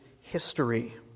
history